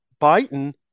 Biden